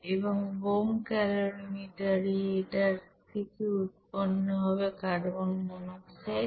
এবং bomb calorimeter এ এটার থেকে উৎপন্ন হবে কার্বন মনোক্সাইড